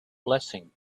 blessing